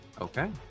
Okay